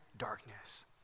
darkness